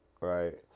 right